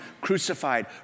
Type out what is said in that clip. crucified